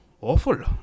Awful